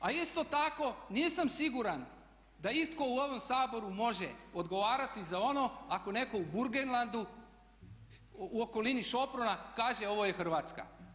A isto tako nisam siguran da itko u ovom Saboru može odgovarati za ono ako netko u Burgenlandu u okolini … kaže ovo je Hrvatska.